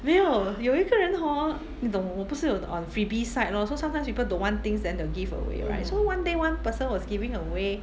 没有有一个人 hor 你懂我不是有 on freebie site lor so sometimes people don't want things then they will give away right so one day one person was giving away